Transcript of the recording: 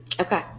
Okay